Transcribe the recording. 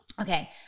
Okay